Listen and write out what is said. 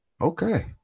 Okay